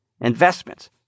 Investments